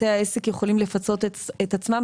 בתי העסק יכולים לפצות את עצמם,